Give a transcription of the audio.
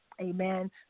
amen